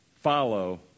Follow